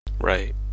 Right